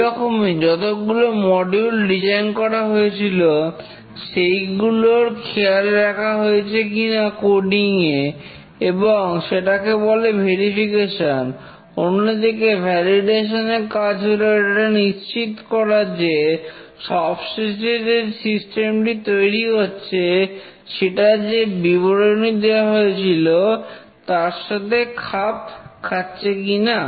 সেইরকমই যতগুলো module design করা হয়েছিল সেইগুলোর খেয়াল রাখা হয়েছে কিনা কোডিং এ এবং সেটাকে বলে ভেরিফিকেশন অন্যদিকে ভ্যালিডেশন এর কাজ হল এটা নিশ্চিত করা যে সবশেষে যে সিস্টেমটি তৈরি হয়েছে সেটা যে বিবরণী দেওয়া হয়েছিল তার সাথে খাপ খাচ্ছে কিনা